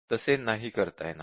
तसे नाही करता येणार